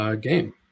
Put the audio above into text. game